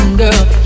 girl